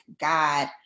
God